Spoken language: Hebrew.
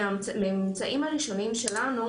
מהממצאים הראשונים שלנו,